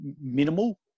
minimal